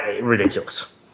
ridiculous